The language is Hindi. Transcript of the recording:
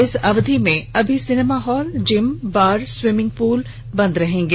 इस अवधि में अभी cinema hall gym bar swimming pool अभी बंद रहेंगे